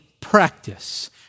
practice